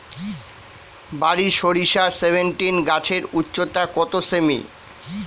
বারি সরিষা সেভেনটিন গাছের উচ্চতা কত সেমি?